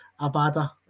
Abada